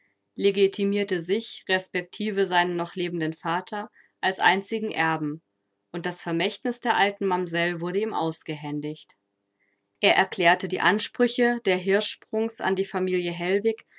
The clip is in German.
legitimierte sich respektive seinen noch lebenden vater als einzigen erben und das vermächtnis der alten mamsell wurde ihm ausgehändigt er erklärte die ansprüche der hirschsprungs an die familie hellwig